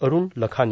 Arun Lakhani